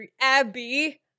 abby